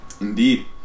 Indeed